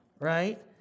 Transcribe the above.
right